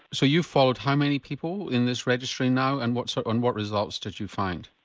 so you followed how many people in this registry now and what so and what results did you find?